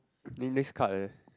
then next card eh